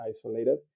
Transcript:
isolated